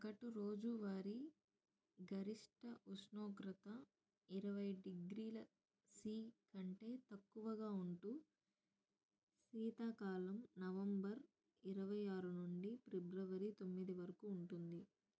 సగటు రోజువారీ గరిష్ట ఉష్ణోగ్రత ఇరవై డిగ్రీల సీ కంటే తక్కువగా ఉంటూ శీతాకాలం నవంబర్ ఇరవై ఆరు నుండి ప్రిబ్రవరి తొమ్మిది వరకు ఉంటుంది